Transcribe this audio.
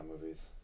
movies